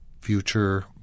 future